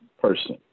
person